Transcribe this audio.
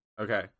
Okay